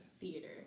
theater